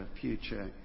future